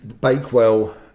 Bakewell